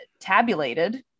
tabulated